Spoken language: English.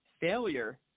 failure